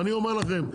ואני אומר לכם,